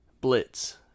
Blitz